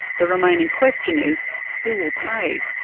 the remaining question is who will pay?